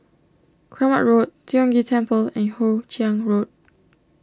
Kramat Road Tiong Ghee Temple and Hoe Chiang Road